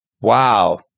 Wow